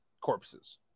corpses